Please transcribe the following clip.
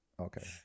Okay